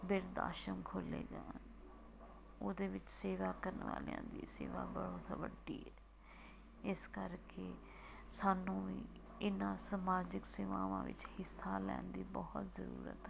ਬਿਰਧ ਆਸ਼ਰਮ ਖੋਲ੍ਹੇ ਗਏ ਹਨ ਉਹਦੇ ਵਿੱਚ ਸੇਵਾ ਕਰਨ ਵਾਲਿਆਂ ਦੀ ਸੇਵਾ ਬਹੁਤ ਵੱਡੀ ਇਸ ਕਰਕੇ ਸਾਨੂੰ ਇਹਨਾਂ ਸਮਾਜਿਕ ਸੇਵਾਵਾਂ ਵਿੱਚ ਹਿੱਸਾ ਲੈਣ ਦੀ ਬਹੁਤ ਜ਼ਰੂਰਤ ਹੈ